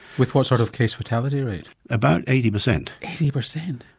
with what sort of case fatality rate? about eighty percent. eighty percent?